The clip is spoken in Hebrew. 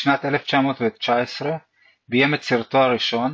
בשנת 1919 ביים את סרטו הראשון